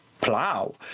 Plow